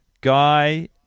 Guy